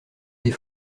des